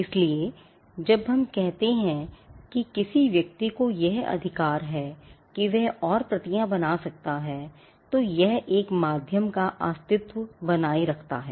इसलिए जब हम कहते हैं कि किसी व्यक्ति को यह अधिकार है कि वह और प्रतियां बना सकता है तो यह एक माध्यम का अस्तित्व बनाए रखता है